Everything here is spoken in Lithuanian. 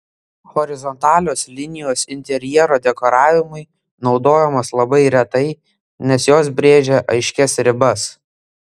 horizontalios linijos interjero dekoravimui naudojamos labai retai nes jos brėžia aiškias ribas